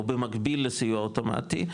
או במקביל לסיוע אוטומטי,